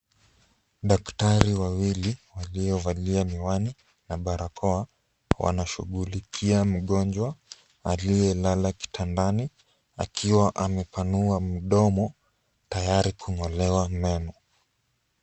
Daktari wawili waliovalia miwani na barakoa, wanashughulikia mgonjwa aliyelala kitandani akiwa amepanua mdomo tayari kung'olewa meno.